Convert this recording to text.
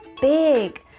big